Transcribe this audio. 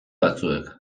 batzuek